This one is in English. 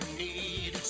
need